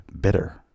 bitter